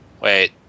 wait